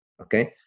okay